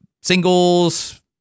singles